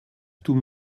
tout